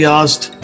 asked